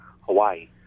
Hawaii